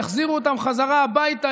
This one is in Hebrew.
יחזירו אותם חזרה הביתה,